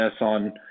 on